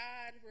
God